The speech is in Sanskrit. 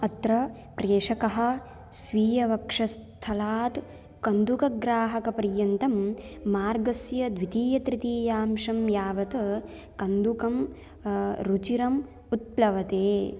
अत्र प्रेषकः स्वीयवक्षःस्थलात् कन्दुकग्राहकपर्यन्तं मार्गस्य द्वितीयतृतीयांशं यावत् कन्दुकं रुचिरम् उत्प्लवते